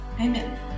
amen